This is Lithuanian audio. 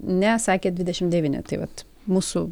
ne sakė dvidešimt devyni tai vat mūsų